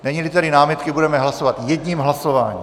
Neníli tedy námitky, budeme hlasovat jedním hlasováním.